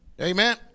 Amen